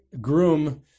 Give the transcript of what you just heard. groom